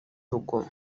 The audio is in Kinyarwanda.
rugomo